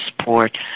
support